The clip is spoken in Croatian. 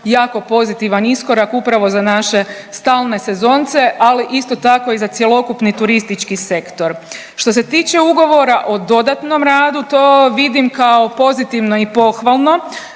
jako pozitivan iskorak upravo za naše stalne sezonce, ali isto tako i za cjelokupni turistički sektor. Što se tiče ugovora o dodatnom radu, to vidim kao pozitivno i pohvalno